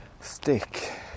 stick